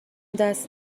دست